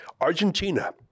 Argentina